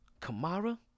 Kamara